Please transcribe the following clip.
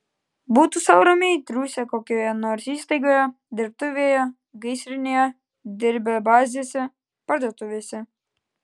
būtų sau ramiai triūsę kokioje nors įstaigoje dirbtuvėje gaisrinėje dirbę bazėse parduotuvėse